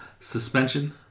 suspension